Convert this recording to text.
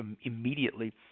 immediately